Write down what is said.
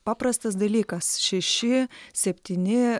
paprastas dalykas šeši septyni